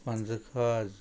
पंचा खाज